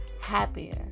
happier